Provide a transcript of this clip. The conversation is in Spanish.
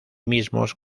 mismos